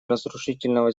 разрушительного